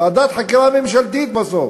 וועדת חקירה ממשלתית בסוף